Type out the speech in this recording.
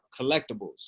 collectibles